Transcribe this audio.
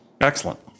Excellent